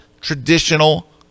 traditional